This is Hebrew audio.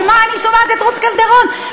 ומה אני שומעת את רות קלדרון אומרת?